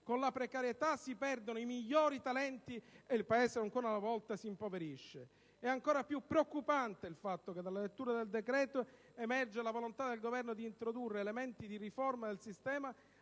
Con la precarietà si perdono i migliori talenti e il Paese ancora una volta si impoverisce. È ancora più preoccupante il fatto che dalla lettura del decreto emerga la volontà del Governo di introdurre elementi di riforma del sistema